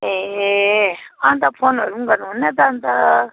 ए अन्त फोनहरू पनि गर्नुहुन्न त अन्त